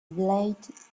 blade